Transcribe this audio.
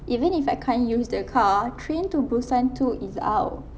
even if I can't use their car train to busan two is out